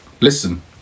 listen